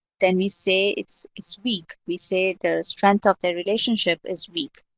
then we say it's it's weak. we say the strength of their relationship is weak.